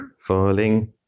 Falling